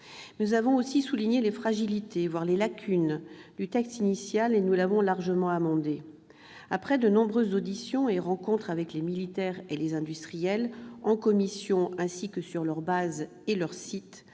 nous avons aussi souligné les fragilités, voire les lacunes, du texte initial, et nous l'avons largement amendé. Après de nombreuses auditions et rencontres avec les militaires et les industriels, en commission ainsi que sur leurs bases et leurs sites,